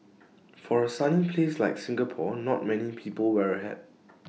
for A sunny place like Singapore not many people wear A hat